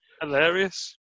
Hilarious